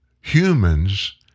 Humans